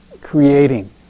creating